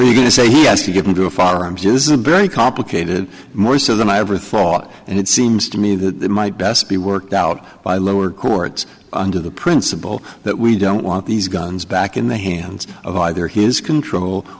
you're going to say he has to get into a pharmacy this is a very complicated more so than i ever thought and it seems to me that might best be worked out by lower courts under the principle that we don't want these guns back in the hands of either his control